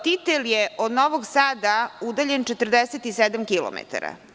Titel je od Novog Sada udaljen 47 kilometara.